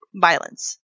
violence